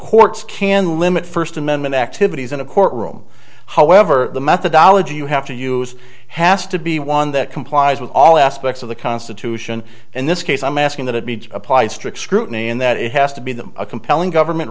courts can limit first amendment activities in a courtroom however the methodology you have to use has to be one that complies with all aspects of the constitution and this case i'm asking that it needs apply strict scrutiny in that it has to be them a compelling government